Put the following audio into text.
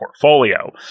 portfolio